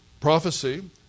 prophecy